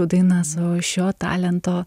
dainas o iš šio talento